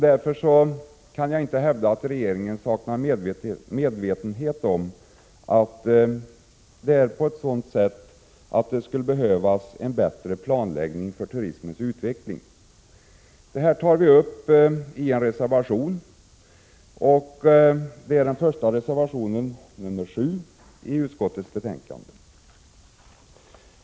Därför kan jag inte hävda att regeringen saknar medvetenhet om att det skulle behövas en bättre planläggning för turismens utveckling. Det här tar vi upp i reservation 7 vid utskottets betänkande.